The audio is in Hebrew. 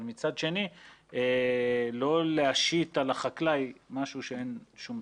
אבל מצד שני לא להשית על החקלאי משהו שאין בו צורך.